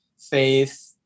faith